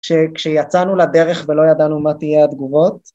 כשיצאנו לדרך ולא ידענו מה תהיה התגובות